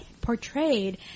portrayed